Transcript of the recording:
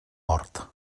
hort